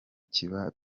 kiba